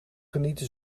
genieten